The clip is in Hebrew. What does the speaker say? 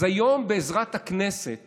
אז היום, בעזרת הכנסת